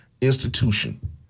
institution